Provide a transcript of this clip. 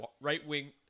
right-wing